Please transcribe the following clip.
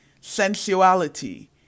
Sensuality